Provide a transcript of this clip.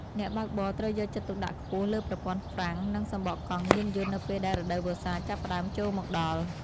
អ្នកបើកបរត្រូវយកចិត្តទុកដាក់ខ្ពស់លើប្រព័ន្ធហ្វ្រាំង និងសំបកកង់យានយន្តនៅពេលដែលរដូវវស្សាចាប់ផ្តើមចូលមកដល់។